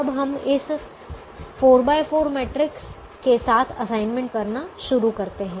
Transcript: अब हम इस 4 x 4 मैट्रिक्स के साथ असाइनमेंट करना शुरू करते हैं